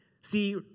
See